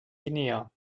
guinea